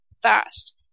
Fast